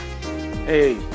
Hey